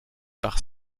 par